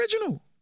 original